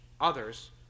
others